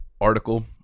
article